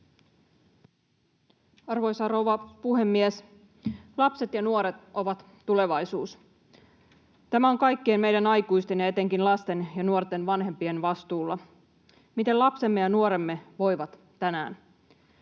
Arvoisa rouva puhemies! Lapset ja nuoret ovat tulevaisuus. Tämä on kaikkien meidän aikuisten ja etenkin lasten ja nuorten vanhempien vastuulla, miten lapsemme ja nuoremme voivat tänään: